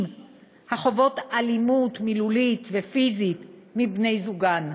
החוות אלימות מילולית ופיזית מבני-זוגן,